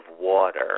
water